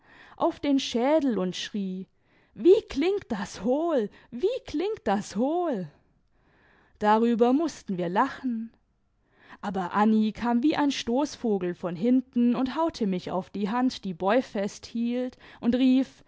auf den schädel und schrie wie klingt das hohll wie klingt das hohll darüber mußten wir lachen aber anni kam wie ein stoßvogel von hinten und haute mich auf die hand die boy festhielt imd rief